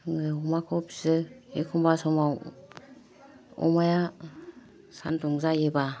जोङो अमाखौ फियो एखमबा समाव अमाया सान्दुं जायोबा